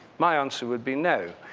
my answer would be no.